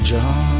John